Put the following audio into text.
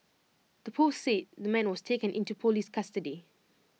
the post said the man was taken into Police custody